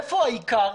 היכן העיקר?